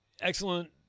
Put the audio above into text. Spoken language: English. excellent